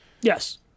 Yes